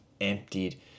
emptied